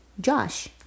Josh